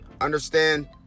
Understand